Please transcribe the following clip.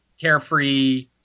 carefree